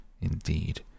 Indeed